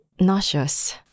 nauseous